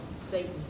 Satan